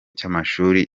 cy’amashuri